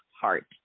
heart